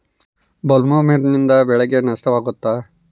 ಬೊಲ್ವರ್ಮ್ನಿಂದ ಬೆಳೆಗೆ ನಷ್ಟವಾಗುತ್ತ?